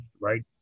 right